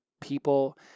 people